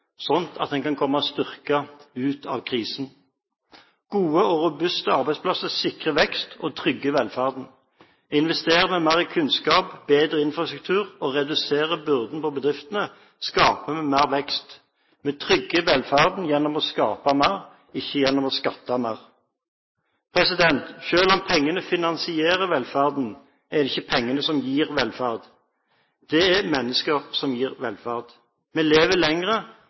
at vi kan komme styrket ut av krisen. Gode og robuste arbeidsplasser sikrer vekst og trygger velferden. Investerer vi i mer kunnskap, bedre infrastruktur og reduserer byrden på bedriftene, skaper vi mer vekst. Vi trygger velferden gjennom å skape mer, ikke gjennom å skatte mer. Selv om pengene finansierer velferden, er det ikke pengene som gir velferd. Det er mennesker som gir velferd. Vi lever